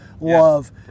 love